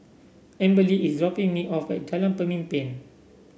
Amberly is dropping me off at Jalan Pemimpin